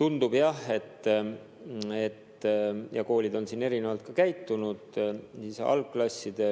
Tundub jah, et koolid on erinevalt käitunud. Algklasside